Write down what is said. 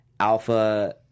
alpha